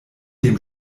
dem